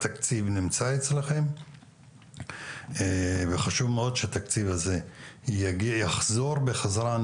התקציב נמצא אצלכם וחשוב מאוד שהתקציב הזה יחזור בחזרה.